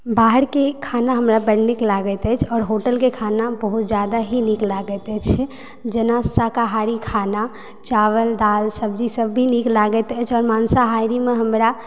बाहरके खाना हमरा बड्ड नीक लागैत अछि आओर होटलके खाना बहुत जादा ही नीक लागैत अछि जेना शाकाहारी खाना चावल दाल सब्जीसभ भी नीक लागैत अछि आओर मांसाहारीमे हमरा